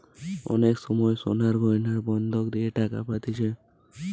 অনেক সময় সোনার গয়না বন্ধক দিয়ে টাকা পাতিছে